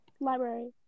Library